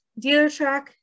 DealerTrack